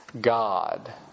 god